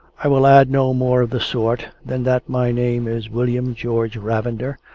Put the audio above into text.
i will add no more of the sort than that my name is william george ravender,